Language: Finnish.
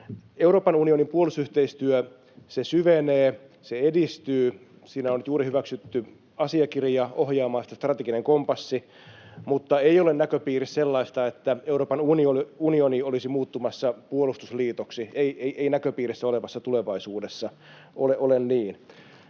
Euroopan unionin puolustusyhteistyö syvenee, se edistyy. Siinä on nyt juuri hyväksytty asiakirja ohjaamaan sitä, strateginen kompassi. Mutta ei ole näköpiirissä sellaista, että Euroopan unioni olisi muuttumassa puolustusliitoksi, ei näköpiirissä olevassa tulevaisuudessa ole niin.